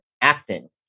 acting